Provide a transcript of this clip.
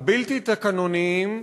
הבלתי-תקנוניים,